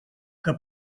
que